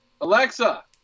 Alexa